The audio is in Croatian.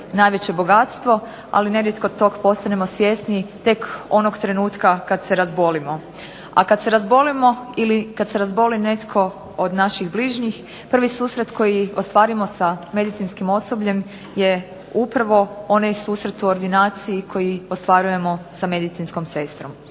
najveće bogatstvo, ali nerijetko tog postanemo svjesni tek onog trenutka kad se razbolimo, a kad se razbolimo ili kad se razboli netko od naših bližnjih, prvi susret koji ostvarimo sa medicinskim osobljem je upravo onaj susret u ordinaciji koji ostvarujemo sa medicinskom sestrom.